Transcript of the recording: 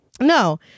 No